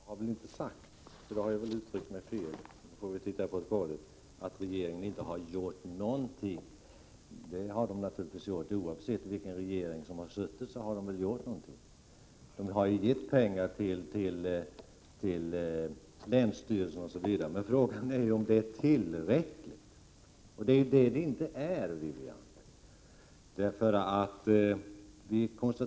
Herr talman! Jag har väl inte sagt — i så fall har jag uttryckt mig fel, och det får vi kontrollera i protokollet — att regeringen inte har gjort någonting. Oavsett vilken regering vi haft har den naturligtvis gjort någonting. Den har gett pengar till länsstyrelsen osv., men frågan är ju om det är tillräckligt. Det är ju inte tillräckligt, Wivi-Anne Cederqvist.